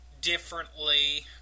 differently